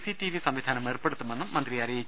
C TV സംവിധാനം ഏർപ്പെടുത്തുമെന്നും മന്ത്രി അറിയിച്ചു